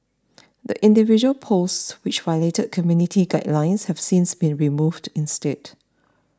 the individual posts which violated community guidelines have since been removed instead